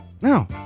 No